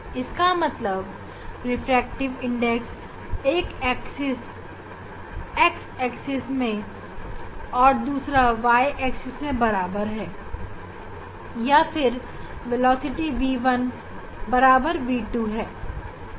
लेकिन x और y मैं मिलने वाले वेग और रिफ्रैक्टिव इंडेक्स v1 v2 और n1 n2 आपस में सामान होंगे